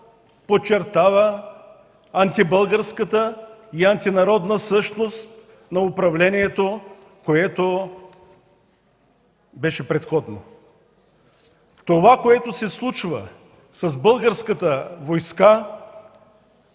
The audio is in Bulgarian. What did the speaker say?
подчертава антибългарската и антинародна същност на предходното управление. Това, което се случва в българската войска,